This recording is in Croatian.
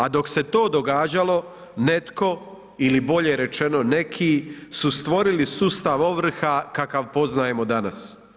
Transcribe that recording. A dok se to događalo netko ili bolje rečeno neki su stvorili sustav ovrha kakav poznajemo danas.